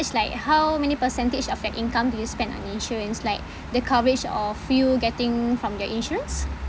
it's like how many percentage of your income do you spend on insurance like the coverage of you getting from your insurance